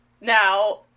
now